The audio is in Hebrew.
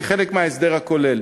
כחלק מההסדר הכולל.